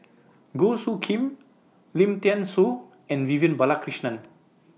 Goh Soo Khim Lim Thean Soo and Vivian Balakrishnan